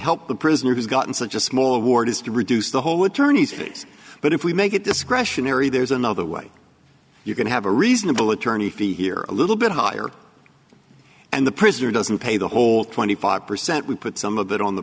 help the prisoner has gotten such a small award is to reduce the whole attorney's fees but if we make it discretionary there's another way you can have a reasonable attorney fee here a little bit higher and the president doesn't pay the whole twenty five percent we put some of that on the